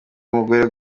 mugore